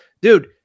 dude